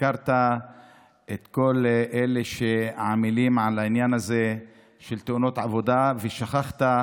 הזכרת את כל אלה שעמלים על העניין הזה של תאונות עבודה ושכחת,